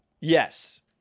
Yes